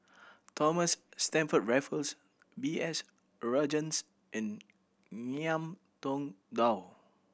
Thomas Stamford Raffles B S Rajhans and Ngiam Tong Dow